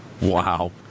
Wow